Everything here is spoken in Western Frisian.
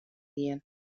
dien